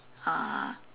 uh